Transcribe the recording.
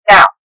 Now